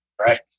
Right